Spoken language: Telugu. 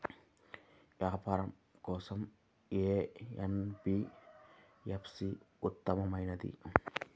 వ్యాపారం కోసం ఏ ఎన్.బీ.ఎఫ్.సి ఉత్తమమైనది?